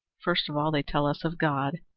first of all they tell us of god.